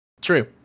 True